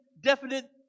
definite